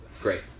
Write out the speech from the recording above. Great